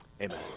amen